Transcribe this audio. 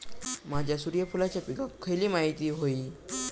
माझ्या सूर्यफुलाच्या पिकाक खयली माती व्हयी?